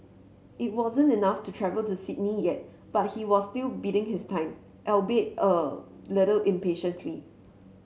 it wasn't enough to travel to Sydney yet but he was still biding his time albeit a little impatiently